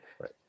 right